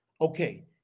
Okay